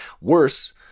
worse